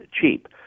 cheap